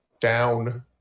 down